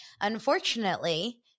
Unfortunately